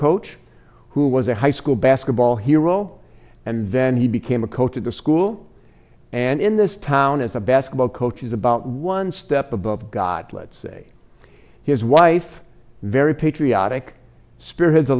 coach who was a high school basketball hero and then he became a coach at the school and in this town as a basketball coach is about one step above god let's say his wife very patriotic sp